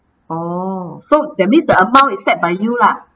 oh so that means the amount is set by you lah